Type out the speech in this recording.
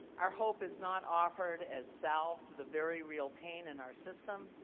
our hope is not offered as salve to the very real pain in our system.